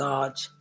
God's